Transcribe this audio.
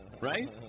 right